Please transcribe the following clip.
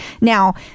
now